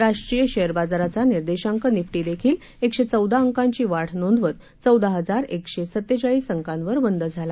राष्ट्रीय शेअर बाजाराचा निर्देशांक निफ्टी देखील एकशे चौदा अंकांची वाढ नोंदवत चौदा हजार एकशे सतेचाळीस अंकांवर बंद झाला